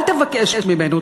ואל תבקש ממנו,